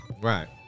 Right